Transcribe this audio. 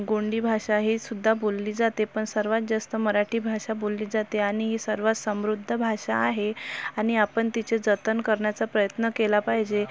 गोंडी भाषा ही सुद्धा बोलली जाते पण सर्वात जास्त मराठी भाषा बोलली जाते आणि ही सर्वात समृद्ध भाषा आहे आणि आपण तिचे जतन करण्याचा प्रयत्न केला पाहिजे